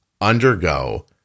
undergo